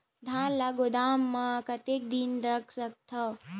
धान ल गोदाम म कतेक दिन रख सकथव?